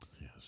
Yes